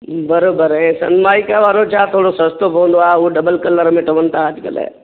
बरोबरु ऐं सनमाइका वारो छा थोरो सस्तो पवंदो आहे उहो डबल कलर में ठहनि था अॼुकल्ह